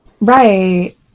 Right